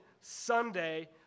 Sunday